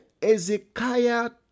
Ezekiah